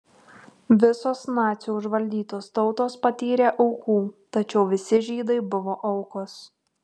visos nacių užvaldytos tautos patyrė aukų tačiau visi žydai buvo aukos